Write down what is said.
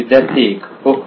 विद्यार्थी 1 ओह